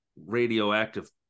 radioactive